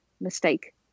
mistake